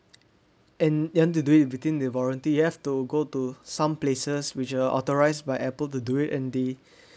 and you want to do it within the warranty you have to go to some places which are authorized by Apple to do it and the